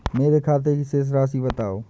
मेरे खाते की शेष राशि बताओ?